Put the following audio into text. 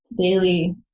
daily